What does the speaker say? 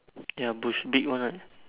ya bush big one right